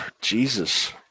Jesus